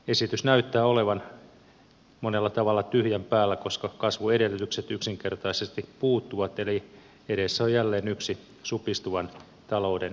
esitys näyttää olevan monella tavalla tyhjän päällä koska kasvuedellytykset yksinkertaisesti puuttuvat eli edessä on jälleen yksi supistuvan talouden vuosi